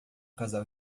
casal